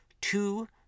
two